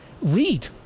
lead